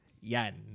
Yen